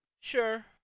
Sure